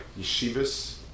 yeshivas